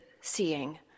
seeing